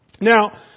Now